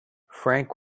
frank